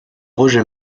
roger